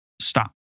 stop